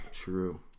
True